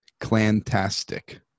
clantastic